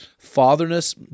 Fatherness